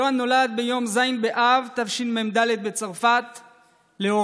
יואן נולד ביום ז' באב תשמ"ד בצרפת להוריו,